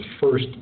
first